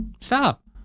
stop